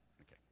Okay